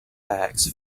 bags